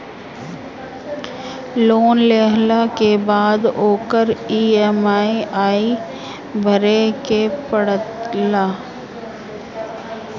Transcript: loan लेहला के बाद ओकर इ.एम.आई भरे के पड़ेला